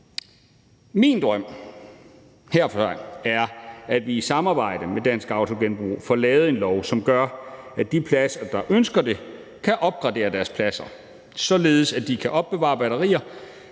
Min drøm herfra er, at vi i samarbejde med Dansk Autogenbrug får lavet en lov, som gør, at de pladser, der ønsker det, kan opgradere deres pladser, således at de kan opbevare batterier.